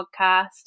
podcast